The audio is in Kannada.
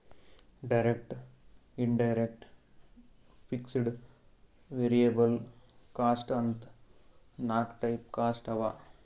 direct, indirect, fixed, variable cost ಅಂತ್ ನಾಕ್ ಟೈಪ್ ಕಾಸ್ಟ್ ಅವಾ